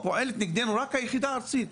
אבל אצלנו פועלת נגדנו רק היחידה הארצית.